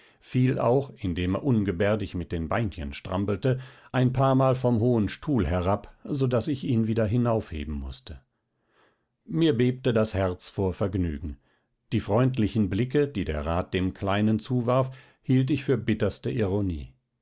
fiel auch indem er ungebärdig mit den beinchen strampelte ein paarmal vom hohen stuhl herab so daß ich ihn wieder hinaufheben mußte mir bebte das herz vor vergnügen die freundlichen blicke die der rat dem kleinen zuwarf hielt ich für die bitterste ironie